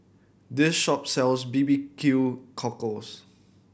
this shop sells B B Q cockles